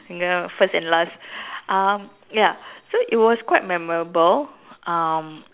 ya first and last um ya so it was quite memorable um